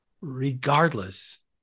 regardless